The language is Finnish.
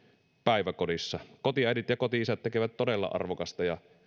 päiväkodissa kotiäidit ja koti isät tekevät todella arvokasta ja